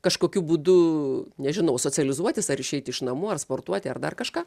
kažkokiu būdu nežinau socializuotis ar išeiti iš namų ar sportuoti ar dar kažką